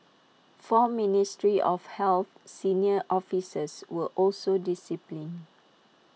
four ministry of health senior officers were also disciplined